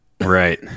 Right